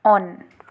on